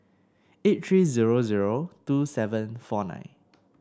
eight three zero zero two seven four nine